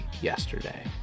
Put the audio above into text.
Yesterday